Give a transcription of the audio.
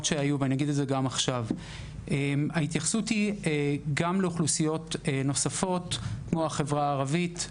שהיו שההתייחסות היא גם לאוכלוסיות נוספות כמו החברה הערבית,